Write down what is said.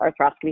arthroscopy